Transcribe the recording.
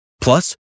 Plus